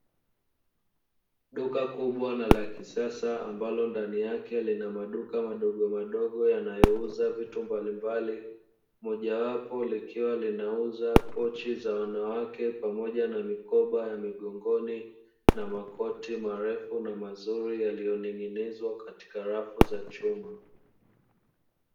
Duka kubwa na la kisasa ambalo ndani yake lina maduka madogo madogo yanayouza vitu mbalimbali mojawapo, likiwa linauza pochi za wanawake pamoja na mikoba ya migongoni na makoti marefu na mazuri yaliyotengenezwa katika rafu za chuma.